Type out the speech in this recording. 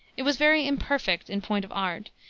it was very imperfect in point of art,